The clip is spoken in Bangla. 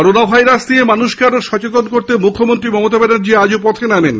করোনা ভাইরাস নিয়ে মানুষকে আরো সচেতন করতে মুখ্যমন্ত্রী মমতা ব্যানার্জী আজও পথে নামেন